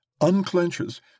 unclenches